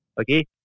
okay